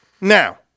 Now